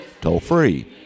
toll-free